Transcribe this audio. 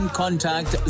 contact